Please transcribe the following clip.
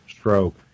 stroke